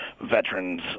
veterans